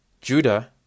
Judah